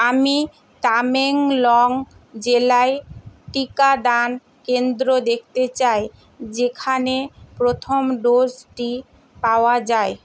আমি তামেংলং জেলায় টিকাদান কেন্দ্র দেখতে চাই যেখানে প্রথম ডোজটি পাওয়া যায়